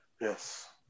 Yes